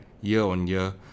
year-on-year